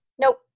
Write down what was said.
Nope